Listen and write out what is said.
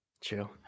Chill